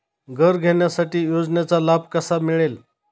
घर घेण्यासाठी योजनेचा लाभ कसा मिळेल?